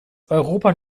europa